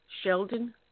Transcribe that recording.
Sheldon